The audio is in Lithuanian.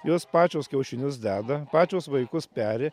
jos pačios kiaušinius deda pačios vaikus peri